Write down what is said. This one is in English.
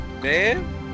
Man